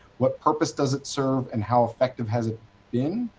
what purpose does it serve, and how effective has it been?